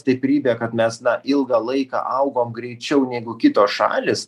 stiprybė kad mes na ilgą laiką augom greičiau negu kitos šalys